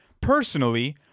Personally